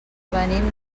venim